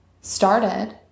started